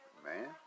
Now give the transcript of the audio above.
man